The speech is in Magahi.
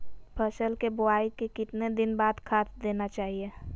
फसल के बोआई के कितना दिन बाद खाद देना चाइए?